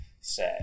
say